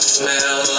smell